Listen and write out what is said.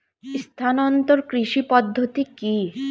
স্থানান্তর কৃষি পদ্ধতি কি?